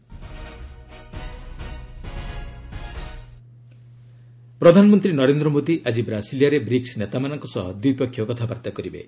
PM Brazil ପ୍ରଧାନମନ୍ତ୍ରୀ ନରେନ୍ଦ୍ର ମୋଦି ଆକି ବ୍ରାସିଲିଆରେ ବ୍ରିକ୍ସ ନେତାମାନଙ୍କ ସହ ଦ୍ୱିପକ୍ଷୀୟ କଥାବର୍ତ୍ତା କରିବେ